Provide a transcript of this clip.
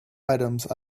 items